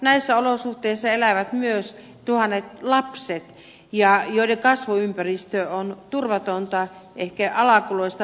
näissä olosuhteissa elävät myös tuhannet lapset joiden kasvuympäristö on turvatonta ehkä alakuloista masentavaa